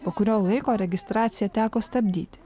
po kurio laiko registraciją teko stabdyti